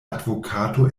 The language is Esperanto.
advokato